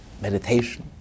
meditation